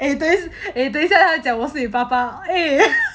eh 等 eh 等一下他讲我是你爸爸 eh